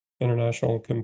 international